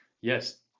yes